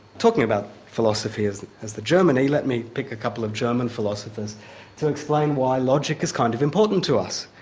talking about philosophy as as the germany, let me pick a couple of german philosophers to explain why logic is kind of important to us.